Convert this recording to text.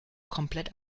komplett